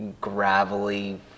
gravelly